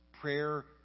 Prayer